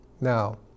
now